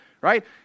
right